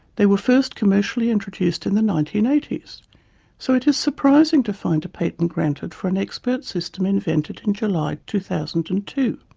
they were first commercially introduced in the nineteen eighty s so it is surprising to find a patent granted for an expert system invented in july two thousand and two.